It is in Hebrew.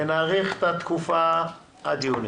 ונאריך את התקופה עד יוני.